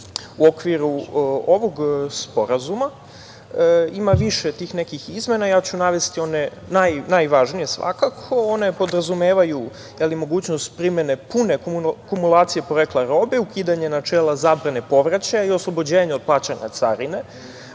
okviru ovog sporazuma ima više tih nekih izmena. Ja ću navesti one najvažnije svakako. One podrazumevaju mogućnost primene pune kumulacije porekla robe, ukidanje načela zabrane povraćaja i oslobođenja od plaćanja carine,